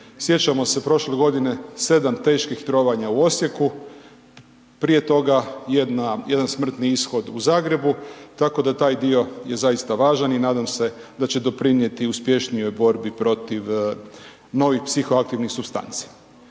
sjećamo se prošle godine 7 teških trovanja u Osijeku, prije toga jedan smrtni ishod u Zagrebu, tako da taj dio je zaista važan i nadam se da će doprinijeti uspješnijoj borbi protiv novih psihoaktivnih supstanci.